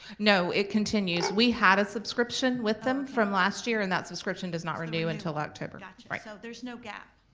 no, it continues. we had a subscription with them from last year and that subscription does not renew until october. gotcha, so there's no gap?